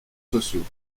sociaux